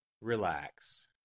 Relax